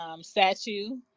statue